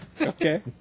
Okay